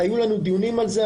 היו לנו דיונים על זה.